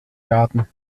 garten